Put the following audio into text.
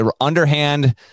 underhand